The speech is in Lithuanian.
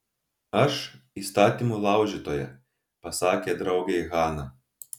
aš įstatymų laužytoja pasakė draugei hana